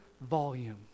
volume